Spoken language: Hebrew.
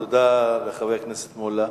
תודה לחבר הכנסת מולה.